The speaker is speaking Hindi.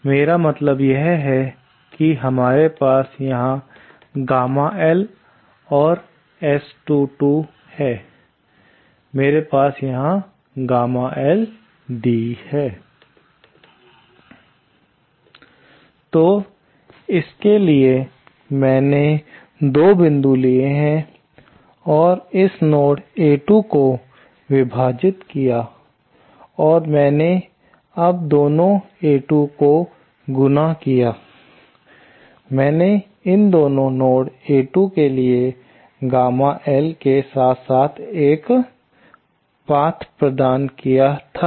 मेरा मतलब यह है कि अब हमारे पास यहां गामा L और S22 है मेरे पास यहां गामा L दी है तो इसके लिए मैंने दो बिंदु लिए हैं और इस नोड A2 को विभाजित किया और मैंने अब दोनों A2 को गुणा किया है मैंने इन दोनों नोड A2 के लिए गामा L के साथ एक पाथ प्रदान किया है